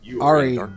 Ari